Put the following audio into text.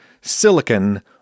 silicon